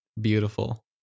beautiful